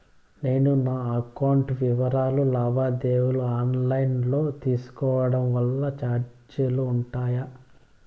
నేను నా అకౌంట్ వివరాలు లావాదేవీలు ఆన్ లైను లో తీసుకోవడం వల్ల చార్జీలు ఉంటాయా?